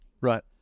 Right